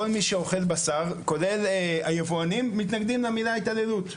כל מי שאוכל בשר כולל היבואנים מתנגדים למילה התעללות.